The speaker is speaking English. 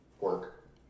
Work